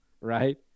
right